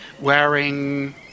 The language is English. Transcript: wearing